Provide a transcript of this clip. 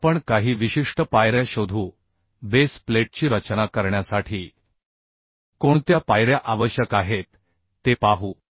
आता आपण काही विशिष्ट पायऱ्या शोधू बेस प्लेटची रचना करण्यासाठी कोणत्या पायऱ्या आवश्यक आहेत ते पाहू